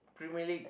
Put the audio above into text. Premier League